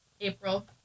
April